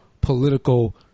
political